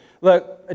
Look